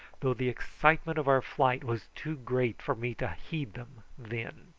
though the excitement of our flight was too great for me to heed them then.